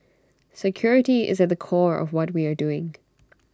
security is at the core of what we are doing